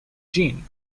jin